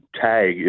tag